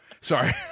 Sorry